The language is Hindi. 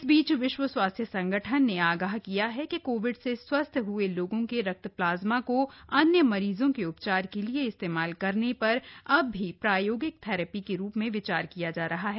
इस बीच विश्व स्वास्थ्य संगठन ने आगाह किया है कि कोविड से स्वस्थ हए लोगों के रक्त प्लाज्मा को अन्य मरीजों के उपचार के लिए इस्तेमाल करने पर अब भी प्रायोगिक थेरेपी के रूप में विचार किया जा रहा है